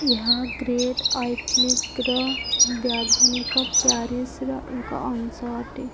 ଏହା ଗ୍ରେଟ୍ ଆଇକ୍ଲିଫ୍ର ବୈଧାନିକ ପ୍ୟାରିଶ୍ର ଏକ ଅଂଶ ଅଟେ